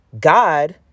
God